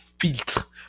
filtre